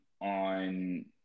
on